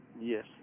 Yes